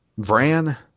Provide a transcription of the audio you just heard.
Vran